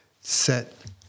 set